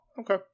Okay